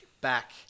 back